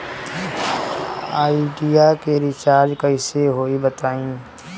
Idea के recharge कइसे होई बताईं?